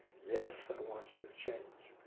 yes, i want you to change.